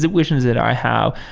the visions that i have.